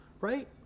right